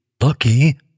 lucky